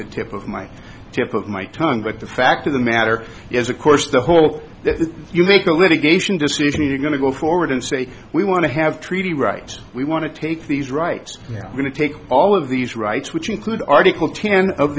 the tip of my tip of my tongue but the fact of the matter is of course the whole that you make a litigation decision you're going to go forward and say we want to have treaty rights we want to take these rights we're going to take all of these rights which include article ten of